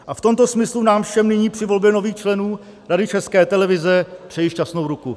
A v tomto smyslu nám všem nyní při volbě nových členů Rady České televize přeji šťastnou ruku.